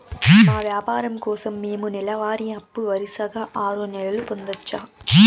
మా వ్యాపారం కోసం మేము నెల వారి అప్పు వరుసగా ఆరు నెలలు పొందొచ్చా?